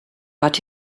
but